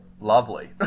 Lovely